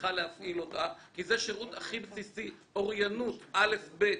צריכה להפעיל אותה כי זה שירות הכי בסיסי: אוריינות א-ב,